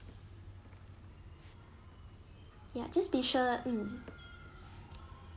ya just be sure um